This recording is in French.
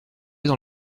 dans